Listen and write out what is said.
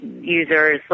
user's